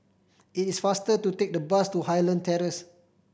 it is faster to take the bus to Highland Terrace